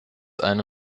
eine